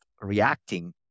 reacting